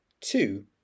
two